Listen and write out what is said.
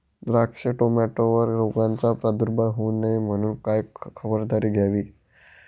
द्राक्ष, टोमॅटोवर रोगाचा प्रादुर्भाव होऊ नये म्हणून काय खबरदारी घ्यावी?